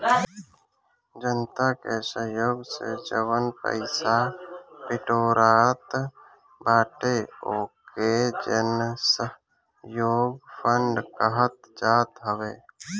जनता के सहयोग से जवन पईसा बिटोरात बाटे ओके जनसहयोग फंड कहल जात हवे